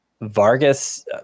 Vargas